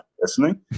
listening